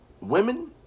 women